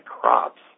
crops